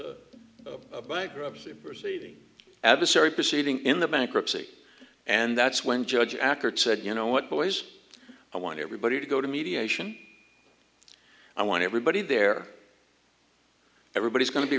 of bankruptcy proceeding adversary proceeding in the bankruptcy and that's when judge acard said you know what boys i want everybody to go to mediation i want everybody there everybody is go